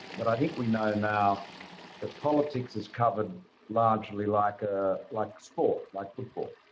but i think we know now that politics is covered largely like a like sport, like football.